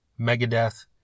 Megadeth